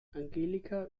annika